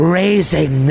raising